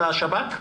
לשב"כ?